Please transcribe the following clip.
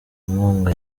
nkunga